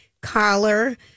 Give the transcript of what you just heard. collar